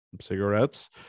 cigarettes